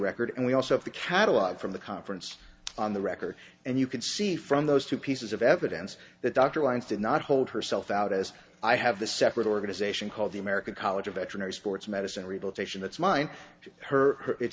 record and we also have the catalog from the conference on the record and you can see from those two pieces of evidence that dr klein's did not hold herself out as i have the separate organization called the american college of veterinary sports medicine rehabilitation that's mine to her it